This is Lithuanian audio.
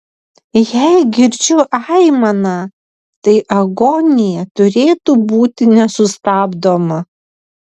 jei girdžiu aimaną tai agonija turėtų būti nesustabdoma